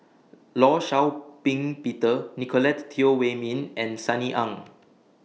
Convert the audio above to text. law Shau Ping Peter Nicolette Teo Wei Min and Sunny Ang